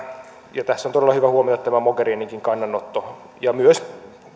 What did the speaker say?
tässä on todella hyvä huomioida tämä mogherininkin kannanotto ja myös ne